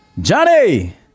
Johnny